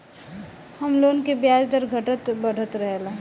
home loan के ब्याज दर घटत बढ़त रहेला